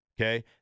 Okay